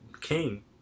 king